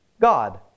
God